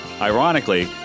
Ironically